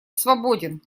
свободен